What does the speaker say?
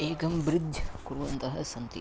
एकं ब्रिड्ज् कुर्वन्तः सन्ति